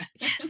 Yes